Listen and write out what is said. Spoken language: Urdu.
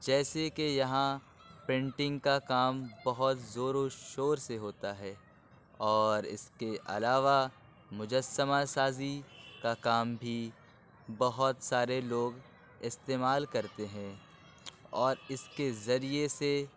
جیسے کہ یہاں پینٹنگ کا کام بہت زور و شور سے ہوتا ہے اور اِس کے علاوہ مجسمہ سازی کا کام بھی بہت سارے لوگ استعمال کرتے ہیں اور اِس کے ذریعے سے